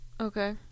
Okay